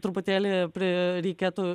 truputėlį pri reikėtų